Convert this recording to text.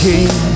King